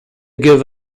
give